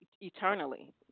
eternally